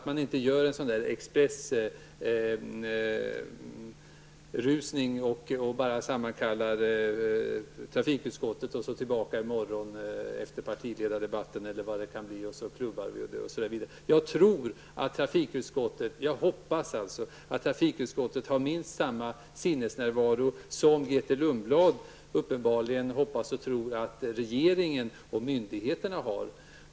Det går inte att rusa i väg i expressfart. Det går alltså inte att i dag sammankalla trafikutskottet för att i morgon få tillbaka förslaget hit till kammaren efter partiledardebatten eller när det nu kan bli och sedan så att säga klubba ett beslut. Jag hoppas således att trafikutskottet har minst den sinnesnärvaro som Grethe Lundblad uppenbarligen hoppas och tror att regeringen och berörda myndigheter har.